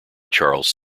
charles